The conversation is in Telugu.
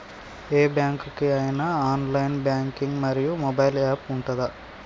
ఏ బ్యాంక్ కి ఐనా ఆన్ లైన్ బ్యాంకింగ్ మరియు మొబైల్ యాప్ ఉందా?